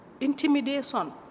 intimidation